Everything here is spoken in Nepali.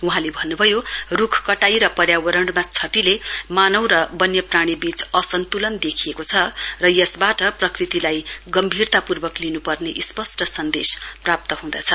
वहाँले भन्न भयो रूख कटाई र पर्यावरणमा क्षतिले मानव र वन्यप्राणीबीच असन्तुलित देखिएको छ र यसबाट प्रकृतिलाई गम्भीरतापूर्वक लिनु पर्ने स्पष्ट सन्देश प्राप्त हुँदछ